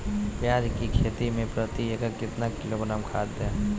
प्याज की खेती में प्रति एकड़ कितना किलोग्राम खाद दे?